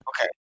Okay